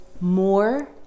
more